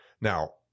Now